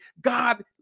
God